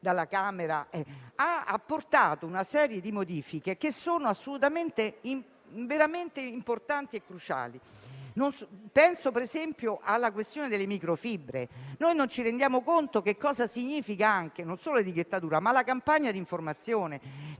dalla Camera, ma hanno apportato una serie di modifiche veramente importanti e cruciali. Penso, per esempio, alla questione delle microfibre: noi non ci rendiamo conto di cosa significa non solo l'etichettatura, ma la campagna di informazione,